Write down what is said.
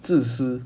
自私